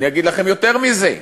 אני אגיד לכם יותר מזה.